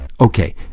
okay